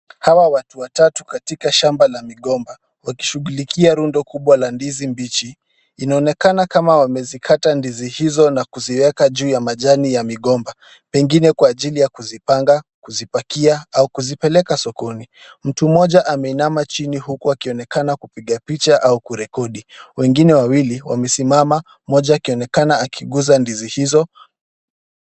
Hawa watu watatu katika shamba la migomba wakishugulikia rundo kubwa la ndizi mbichi. Inaonekana kama wamezikata ndizi hizo na kuziweka juu ya majani ya migomba pengine kwa ajili ya kuzipanga, kuzipakia au kuzipeleka sokoni. Mtu mmoja ameinama chini huku akionekana kupiga picha au kurekodi. Wengine wawili wamesimama mmoja akionekana akiguza ndizi hizo.